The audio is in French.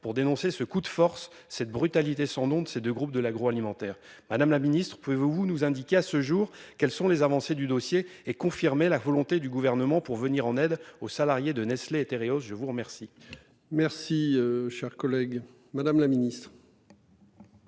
pour dénoncer ce coup de force cette brutalité son nom de ces 2 groupes de l'agro-alimentaire, madame la Ministre, pouvez-vous nous indiquer, à ce jour. Quelles sont les avancées du dossier et confirmé la volonté du gouvernement pour venir en aide aux salariés de Nestlé Téréos je vous remercie. Merci cher collègue. Madame la Ministre.